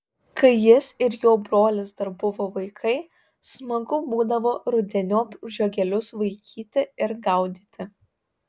kai jis ir jo brolis dar buvo vaikai smagu būdavo rudeniop žiogelius vaikyti ir gaudyti